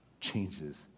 changes